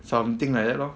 something like that lor